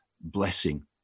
blessing